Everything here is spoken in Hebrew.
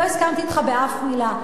לא הסכמתי אתך באף מלה,